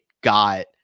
got